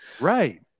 right